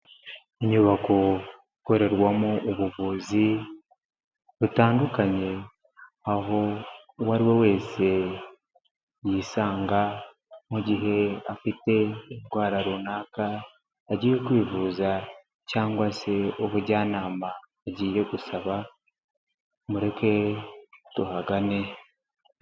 Inyubako ikorerwamo ubuvuzi butandukanye, aho uwo ari we wese yisanga mu gihe afite indwara runaka agiye kwivuza cyangwa se ubujyanama agiye gusaba, mureke tuhagane.